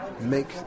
make